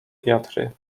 wiatry